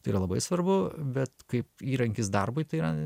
tai yra labai svarbu bet kaip įrankis darbui tai yra